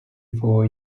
four